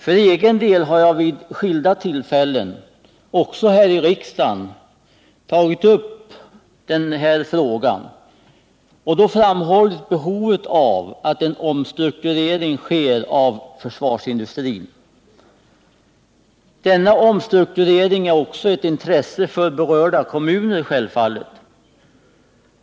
För egen del har jag vid skilda tillfällen — också här i riksdagen — tagit upp den och då framhållit behovet av att en omstrukturering av försvarsindustrin sker. Denna omstrukturering är självfallet också ett intresse för berörda kommuner.